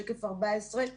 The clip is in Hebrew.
שקף 14,